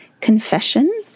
Confession